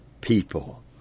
people